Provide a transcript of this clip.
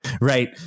right